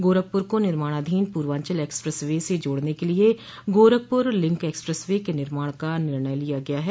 गोरखपुर को निर्माणाधीन Purvanchal expressway से जोड़ने के लिये गोरखपुर लिंक एक्सप्रेस वे के निर्माण का निर्णय लिया गया है